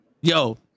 Yo